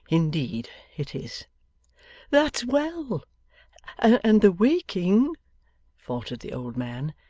indeed, it is that's well and the waking faltered the old man.